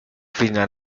finalizar